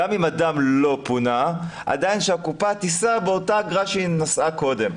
גם אם אדם לא פונה עדיין הקופה תישא באותה אגרה שבה היא נשאה קודם.